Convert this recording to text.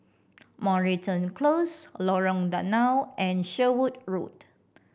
Moreton Close Lorong Danau and Sherwood Road